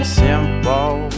simple